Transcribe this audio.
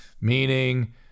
meaning